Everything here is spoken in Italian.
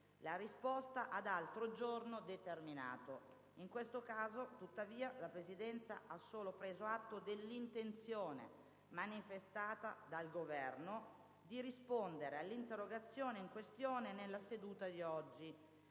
la risposta ad altro giorno determinato. In questo caso, tuttavia, la Presidenza ha solo preso atto dell'intenzione manifestata dal Governo di rispondere all'interrogazione in questione nella seduta di oggi